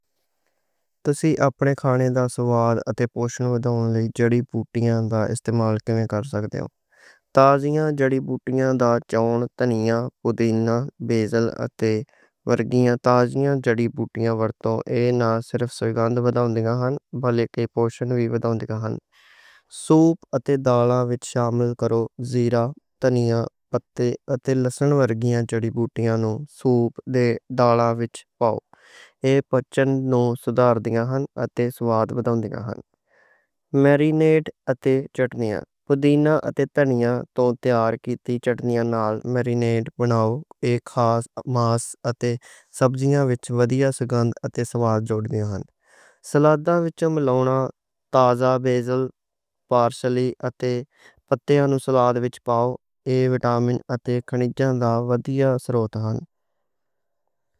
تسی اپنے کھانے دا سواد اتے پوشٹِک وداؤن لئی جڑی بوٹیاں تازیاں جڑی بوٹیاں دا استعمال کیمیں کر سکدے ہو۔ دھنیا، پودینا، بیزل اتے ورگیاں تازیاں جڑی بوٹیاں ورتوں اے نہ صرف سُگندھ وداؤندیاں ہن بلکہ پوشٹِک وی وداؤندیاں ہن۔ سوپ اتے دالاں وِچ شامل کرو، جیرا، دھنیا، پتے اتے لہسن ورگیاں جڑی بوٹیاں نوں سوپ تے دالاں وِچ پاؤ، اے پچن نوں سدھار دیان ہن اتے سواد وداؤندیاں ہن۔ مرینیٹ اتے چٹنیاں، پودینا اتے دھنیا توں تیار کیتیاں چٹنیاں نال مرینیٹ بناو، اک خاص ماس اتے سبزیاں وِچ ودیا سُگندھ اتے سواد جوڑدی ہن۔ سلاداں وِچ ملاونا تازہ بیزل، پارسلے اتے پتیاں نوں سلاد وِچ پاؤ، اے وٹامن اتے کھنِجیاں دے سروتاں ہن۔